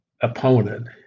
opponent